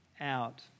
out